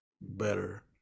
better